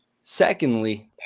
Secondly